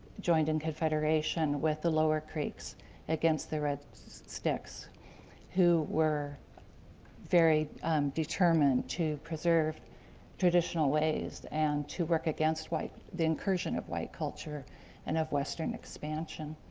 joined in confederation with the lower creeks against the red sticks who were very determined to preserve traditional ways and to work against the encouragement of white culture and of western expansion.